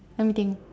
let me think